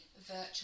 virtual